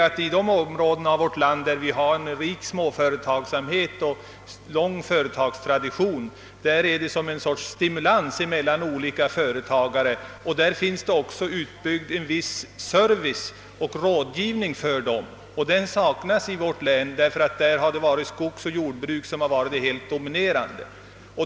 I sådana områden av vårt land, där småföretagsamheten är utbredd och där det finns en rik företagstradition, blir det stimulans mellan olika företagare, och där finns också en viss service och rådgivning för företagarna. Den saknas i vårt län, eftersom skogsoch jordbruk har varit dominerande.